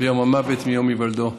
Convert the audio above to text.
ויום המוֶת מיום הִוָלדו".